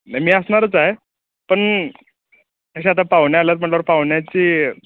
नाही मी असणारच आहे पण असे आता पाहुणे आल्या आहेत म्हणल्यावर पाहुण्याची